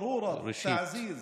ראשית,